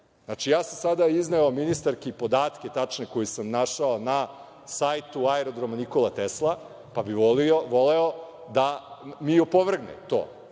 zakone. Ja sam sada izneo ministarki podatke tačne koje sam našao na sajtu Aerodroma „Nikola Tesla“, pa bih voleo da mi opovrgne to.